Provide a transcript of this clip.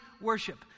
worship